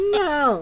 no